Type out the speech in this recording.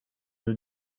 nous